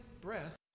breath